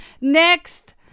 Next